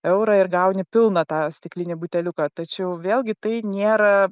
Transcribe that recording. eurą ir gauni pilną tą stiklinį buteliuką tačiau vėlgi tai nėra